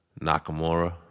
Nakamura